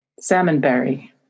Salmonberry